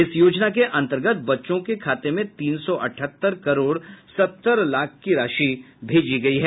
इस योजना के अंतर्गत बच्चों के खातें में तीन सौ अठहत्तर करोड़ सत्तर लाख की राशि भेजी गयी है